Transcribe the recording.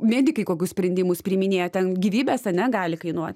medikai kokius sprendimus priiminėja ten gyvybės ane gali kainuot